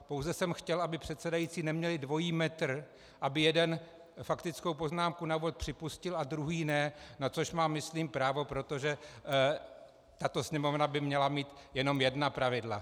Pouze jsem chtěl, aby předsedající neměli dvojí metr, aby jeden faktickou poznámku na úvod připustil a druhý ne, na což mám myslím právo, protože tato Sněmovna by měla mít jenom jedna pravidla.